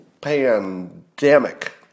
pandemic